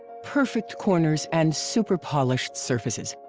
perfect corners and super polished surfaces.